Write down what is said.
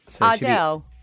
Adele